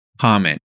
comment